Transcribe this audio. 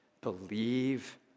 Believe